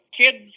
kids